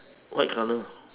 white colour